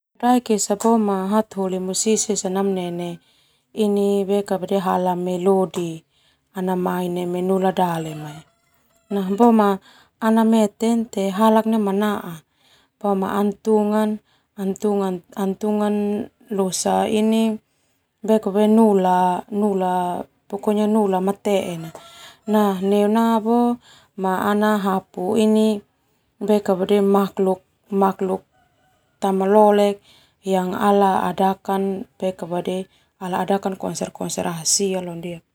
Hataholi musisi esa namanene hala melodi mai neme nula dale halak ndia manaa ana tunga losa nula pokonya nula mateena neu na boema ana hapu makluk tamalole yang ala adakan konser-konser rahasia.